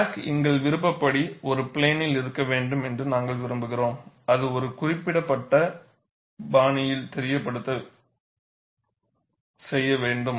crack எங்கள் விருப்பப்படி ஒரு பிளேனில் இருக்க வேண்டும் என்று நாங்கள் விரும்புகிறோம் அது ஒரு குறிப்பிட்ட பாணியில் தெரியப்படுத்த செய்ய வேண்டும்